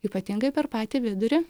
ypatingai per patį vidurį